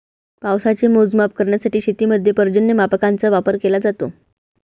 पावसाचे मोजमाप करण्यासाठी शेतीमध्ये पर्जन्यमापकांचा वापर केला जातो